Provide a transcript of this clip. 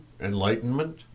Enlightenment